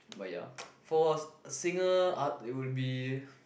but ya for a singer uh it would be